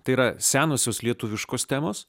tai yra senosios lietuviškos temos